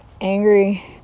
angry